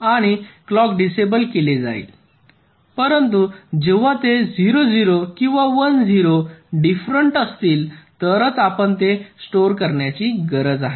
आणि clock disable केले जाईल परंतु जेव्हा ते 0 0 किंवा 1 0 डिफरंट असतील तरच आपण ते स्टोअर करण्याची गरज आहे